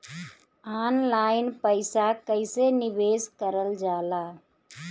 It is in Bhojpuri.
ऑनलाइन पईसा कईसे निवेश करल जाला?